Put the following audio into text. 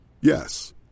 Yes